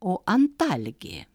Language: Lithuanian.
o antalgė